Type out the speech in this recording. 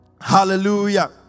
Hallelujah